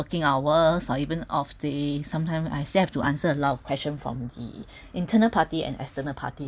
working hours or even of the sometimes I still have to answer a lot of question from the internal party and external party